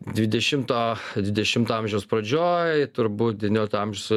dvidešimto dvidešimto amžiaus pradžioj turbūt devyniolikto amžiaus